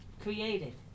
created